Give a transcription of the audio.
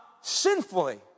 sinfully